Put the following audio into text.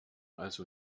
also